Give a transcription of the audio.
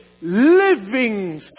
living